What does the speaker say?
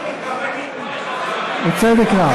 בצדק רב.